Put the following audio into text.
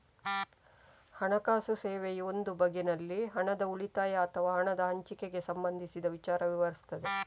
ಹಣಕಾಸು ಸೇವೆಯು ಒಂದು ಬಗೆನಲ್ಲಿ ಹಣದ ಉಳಿತಾಯ ಅಥವಾ ಹಣದ ಹಂಚಿಕೆಗೆ ಸಂಬಂಧಿಸಿದ ವಿಚಾರ ವಿವರಿಸ್ತದೆ